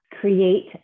create